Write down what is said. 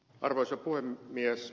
arvoisa puhemies